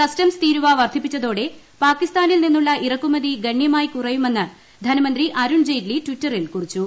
customs തീരുവ വർദ്ധിപ്പിച്ചതോടെ പാകിസ്ഥാനിൽ നിന്നുള്ള ഇറക്കുമതി ഗണ്യമായി കുറയുമെന്ന് ധനമന്ത്രി അരുൺ ജയ്റ്റ്ലി ട്വീറ്ററിൽ കുറിച്ചു